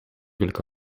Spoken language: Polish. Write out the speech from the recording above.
wilk